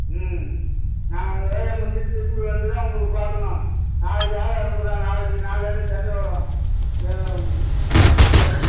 ம் நாங்கள் அங்கே வேலையை முடிச்சுட்டு திரும்பி வந்துதான் உங்களுக்கு பார்க்கணும் நாளைக்கு ஆள் அனுப்புகிறோம் நாளைக்கு நாளைலேயிருந்து தண்ணி வரும் இது இங்கே